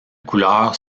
couleurs